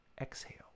Exhale